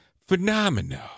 phenomenal